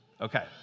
Okay